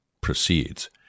proceeds